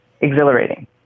exhilarating